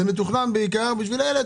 זה מתוכנן בעיקר בשביל אלה,